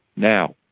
now,